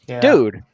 dude